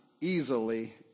easily